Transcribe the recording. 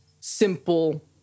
simple